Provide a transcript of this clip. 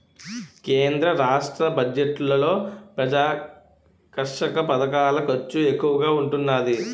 కేంద్ర రాష్ట్ర బడ్జెట్లలో ప్రజాకర్షక పధకాల ఖర్చు ఎక్కువగా ఉంటున్నాది